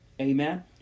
Amen